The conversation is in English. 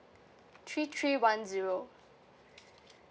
three three one zero